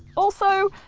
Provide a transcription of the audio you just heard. also,